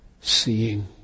seeing